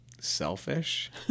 selfish